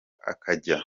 akajya